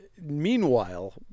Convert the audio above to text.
meanwhile